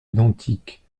identiques